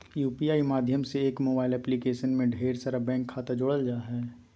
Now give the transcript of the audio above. UPI माध्यम से एक मोबाइल एप्लीकेशन में ढेर सारा बैंक खाता जोड़ल जा हय